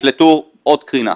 יפלטו עוד קרינה.